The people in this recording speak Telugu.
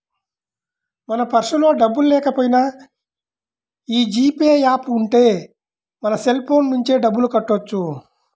మన పర్సులో డబ్బుల్లేకపోయినా యీ జీ పే యాప్ ఉంటే మన సెల్ ఫోన్ నుంచే డబ్బులు కట్టొచ్చు